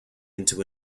into